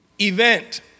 event